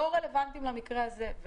לא רלוונטיים למקרה הזה.